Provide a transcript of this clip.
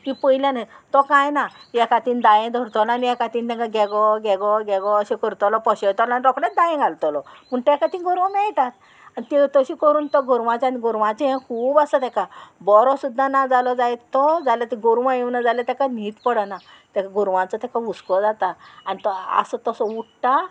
ती पयल्या न्हय तो कांय ना एक हातीन दायें धरतलो आनी एक हातीन तांकां गेगो घेगो घेगो अशें करतलो पोशेतलो आनी रोकडेच दायें घालतलो पूण ताका ती गोरवां मेळटात आनी त्यो तशें करून तो गोरवांच्या आनी गोरवांचें हें खूब आसा तेका बरो सुद्दा ना जालो जायत तो जाल्यार ती गोरवां येवना जाल्यार ताका न्हीद पडना ताका गोरवांचो ताका हुस्को जाता आनी तो आस तसो उट्टा